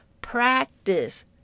practice